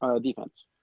defense